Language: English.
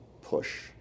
push